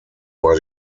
war